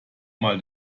mal